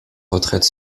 retraite